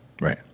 Right